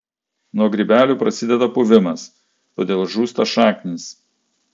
nuo grybelių prasideda puvimas todėl žūsta šaknys